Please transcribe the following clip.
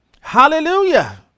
hallelujah